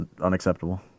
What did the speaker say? unacceptable